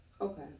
Okay